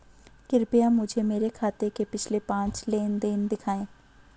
कृपया मुझे मेरे खाते के पिछले पांच लेन देन दिखाएं